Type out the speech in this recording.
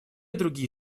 другие